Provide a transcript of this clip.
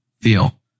feel